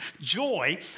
Joy